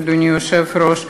אדוני היושב-ראש,